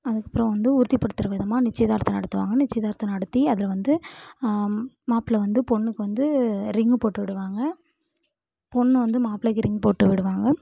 அதுக்கப்புறம் வந்து உறுதிப்படுத்தற விதமாக நிச்சயதார்த்தம் நடத்துவாங்க நிச்சயதார்த்தம் நடத்தி அதில் வந்து மாப்ளை வந்து பொண்ணுக்கு வந்து ரிங்கு போட்டு விடுவாங்க பொண்ணு வந்து மாப்பிளைக்கு ரிங் போட்டு விடுவாங்க